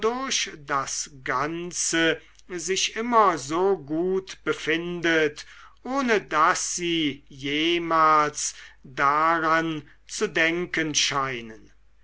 das ganze sich immer so gut befindet ohne daß sie jemals daran zu denken scheinen